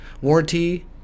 warranty